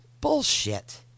Bullshit